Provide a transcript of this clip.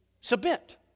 submit